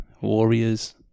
warriors